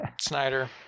Snyder